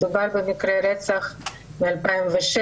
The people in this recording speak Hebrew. מדובר במקרי רצח מ-2007,